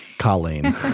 Colleen